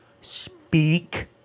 speak